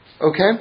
Okay